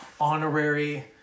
honorary